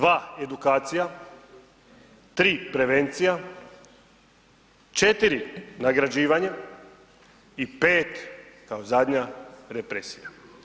2, edukacija, 3 prevencija, 4 nagrađivanje i 5 kao zadnja represija.